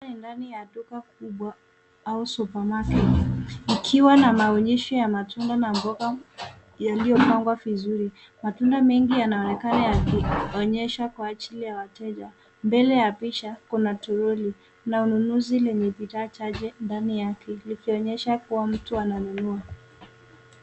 Ndani ya duka kubwa au supermarket ikiwa na maonyesho ya matunda na mboga yaliyopangwa vizuri, matunda mengi yanaonekana yakionyeshwa kwa ajili ya wateja, mbele ya picha kuna troli na unuzi lenye bidhaa chache ndani yake likionyesha kuwa mtu ananunua.